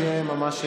זה יהיה ממש מבורך.